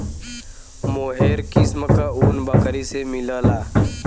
मोहेर किस्म क ऊन बकरी से मिलला